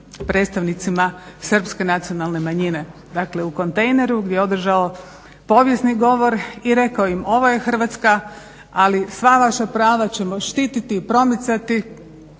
predstavnicima Srpske nacionalne manjine, dakle, u kontejneru gdje je održao povijesni govor i rekao im ovo je Hrvatska, ali sva vaša prava ćemo štiti i promicati